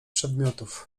przedmiotów